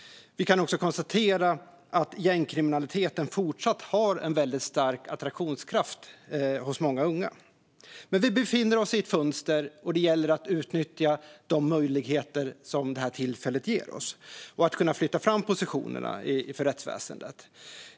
Vi kan också konstatera att gängkriminaliteten fortsätter ha en väldigt stark attraktionskraft på många unga. Men vi befinner oss i ett fönster, och det gäller att utnyttja de möjligheter som det här tillfället ger oss att flytta fram positionerna för rättsväsendet.